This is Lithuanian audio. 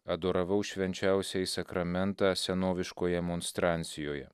adoravau švenčiausiąjį sakramentą senoviškoje monstrancijoje